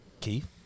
keith